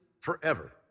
forever